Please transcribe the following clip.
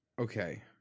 Okay